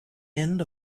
end